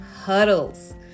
Huddles